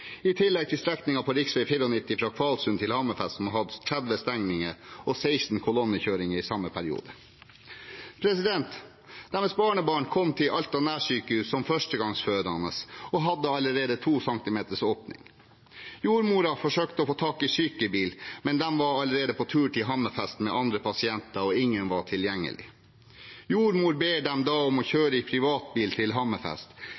I tillegg har strekningen på rv. 94 fra Kvalsund til Hammerfest hatt 30 stengninger og 16 kolonnekjøringer i samme periode. Barnebarnet deres kom til Alta nærsykehus som førstegangsfødende og hadde allerede 2 cm åpning. Jordmoren forsøkte å få tak i sykebil, men de var allerede på tur til Hammerfest med andre pasienter, og ingen var tilgjengelig. Jordmor ber dem da om å